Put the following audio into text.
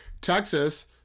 Texas